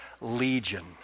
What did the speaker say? legion